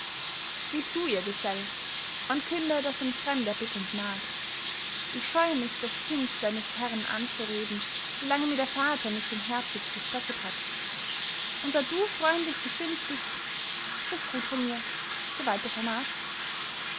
geh zu ihr gesell und künde daß ein fremder bittend naht ich scheue mich das kind deines herrn anzureden solange mir der vater nicht den herdsitz gestattet hat und da du freundlich gesinnt bist sprich gut von mir soweit du vermagst